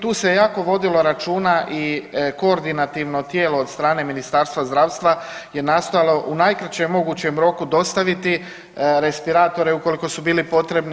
Tu se j ako vodilo računa i koordinativno tijelo od strane Ministarstva zdravstva je nastojalo u najkraćem mogućem roku dostaviti respiratore ukoliko su bili potrebni.